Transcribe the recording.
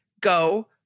go